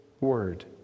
word